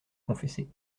confesser